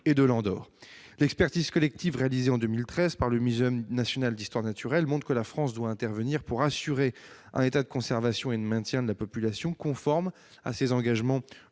et de l'Andorre. L'expertise collective réalisée en 2013 par le Muséum national d'histoire naturelle montre que la France doit intervenir pour assurer un état de conservation et de maintien de la population conforme à ses engagements